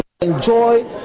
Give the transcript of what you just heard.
enjoy